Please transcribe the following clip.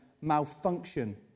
malfunction